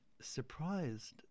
surprised